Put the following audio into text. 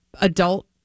adult